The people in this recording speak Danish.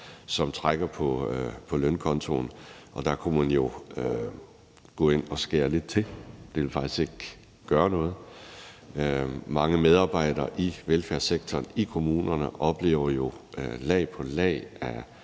som trækker på lønkontoen, og der kunne man jo gå ind at skære lidt til. Det vil faktisk ikke gøre noget. Mange medarbejdere i velfærdssektoren i kommunerne oplever jo lag på lag af